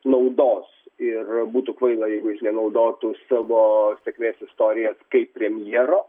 naudos ir būtų kvaila jeigu jis nenaudotų savo sėkmės istorijas kaip premjero